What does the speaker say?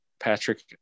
Patrick